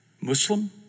Muslim